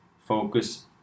focus